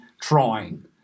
trying